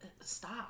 stop